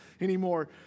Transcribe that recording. anymore